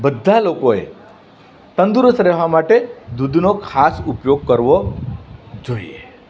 બધા લોકોએ તંદુરસ્ત રહેવા માટે દૂધનો ખાસ ઉપયોગ કરવો જોઈએ